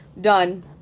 done